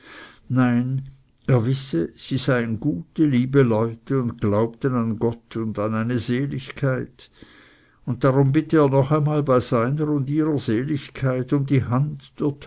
nein er wisse sie seien gute liebe leute und glaubten an gott und an eine seligkeit und darum bitte er noch einmal bei seiner und ihrer seligkeit um die hand